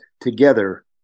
together